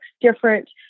different